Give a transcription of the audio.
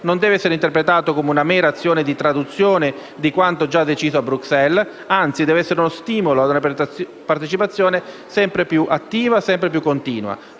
non deve essere interpretato come una mera azione di traduzione di quanto già deciso a Bruxelles, ma anzi deve essere uno stimolo a una partecipazione sempre più continua,